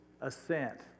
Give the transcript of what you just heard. assent